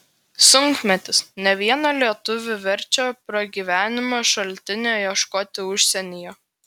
sunkmetis ne vieną lietuvį verčia pragyvenimo šaltinio ieškoti užsienyje